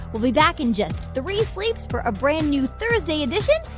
we'll be back in just three sleeps for a brand-new thursday edition.